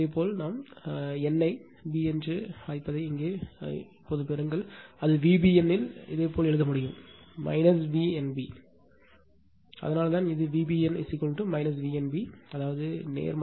இதேபோல் இங்கே நாம் n ஐ b என்று அழைப்பதை இங்கே பெறுங்கள் அது Vbn இதேபோல் எழுத முடியும் V n b அதனால்தான் இது Vbn V n b அதாவது நேர்மறை